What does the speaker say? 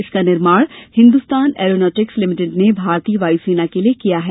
इसका निर्माण Hindustan Aeronautics Limited ने भारतीय वायुसेना के लिये किया है